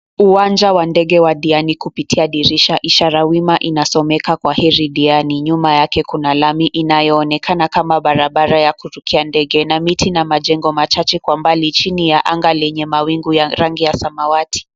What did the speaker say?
Uwanja wa ndege wa diani kupitia dirisha. Ishara wima inasomeka Kwaheri Diani. Nyuma yake kuna lami inayo inayoonekana kama barabara ya kupitia ndege, na miti na majengo machache kwa mbali chini ya anga lenye mawingu ya rangi ya samawati.